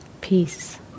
peace